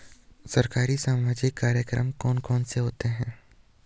सरकारी सामाजिक कार्यक्रम कौन कौन से हैं?